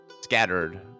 scattered